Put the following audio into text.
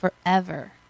forever